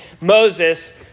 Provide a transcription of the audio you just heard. Moses